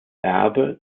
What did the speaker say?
erbe